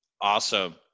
Awesome